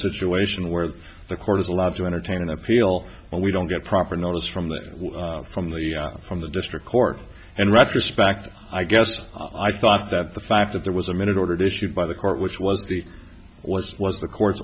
situation where the court is allowed to entertain an appeal and we don't get proper notice from that from the from the district court and retrospective i guess i thought that the fact that there was a minute ordered issued by the court which was the was was the court